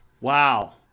Wow